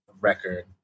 record